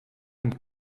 een